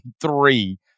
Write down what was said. three